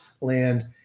land